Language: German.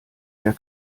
der